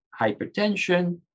hypertension